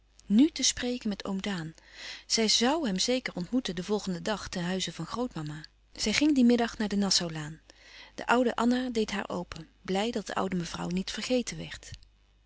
nù te spreken met oom daan zij zoû hem zeker ontmoeten den volgenden dag ten huize van grootmama zij ging dien middag naar de nassaulaan de oude anna deed louis couperus van oude menschen de dingen die voorbij gaan haar open blij dat de oude mevrouw niet vergeten werd